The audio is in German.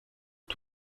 nur